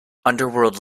underworld